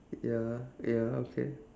ya ya okay